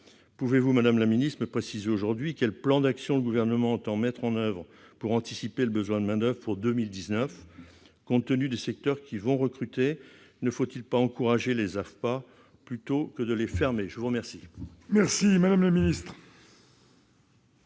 Pouvez-vous, madame la ministre, me préciser aujourd'hui le plan d'action que le Gouvernement entend mettre en oeuvre pour anticiper le besoin de main-d'oeuvre pour 2019 ? Compte tenu des secteurs qui vont recruter, ne faut-il pas encourager les AFPA plutôt que de les fermer ? La parole est à Mme la ministre.